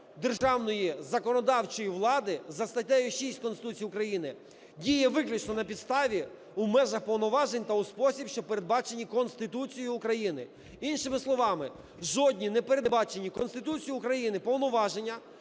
державної законодавчої влади, за статтею 6 Конституції України, діє виключно на підставі, в межах повноважень та у спосіб, що передбачені Конституцією України. Іншими словами, жодні, не передбачені Конституцією України повноваження